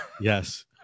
yes